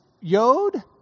yod